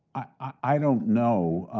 i don't know.